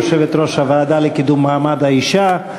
יושבת-ראש הוועדה לקידום מעמד האישה.